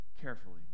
carefully